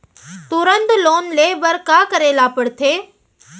तुरंत लोन ले बर का करे ला पढ़थे?